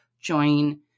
join